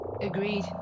Agreed